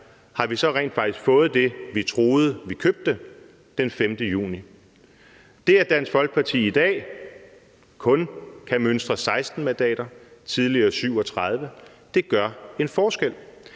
Har vi så rent faktisk fået det, vi troede at vi købte den 5. juni? Det, at Dansk Folkeparti i dag kun kan mønstre 16 mandater mod tidligere 37, gør en forskel.